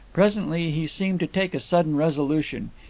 presently he seemed to take a sudden resolution.